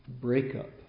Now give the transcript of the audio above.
breakup